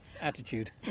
attitude